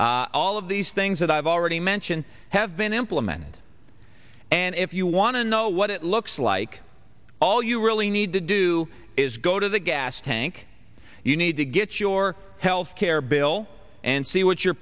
policy all of these things that i've already mentioned have been implemented and if you want to know what it looks like all you really need to do is go to the gas tank you need to get your healthcare bill and see what your